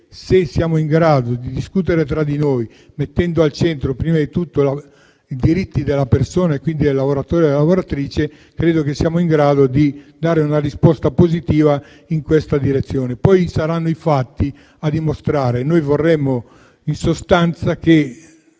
se saremo in grado di discutere tra noi mettendo al centro prima di tutto i diritti della persona e quindi dei lavoratori e delle lavoratrici, credo che saremo in grado di dare una risposta positiva in questa direzione. Saranno poi i fatti a darne dimostrazione. Noi vorremmo in sostanza che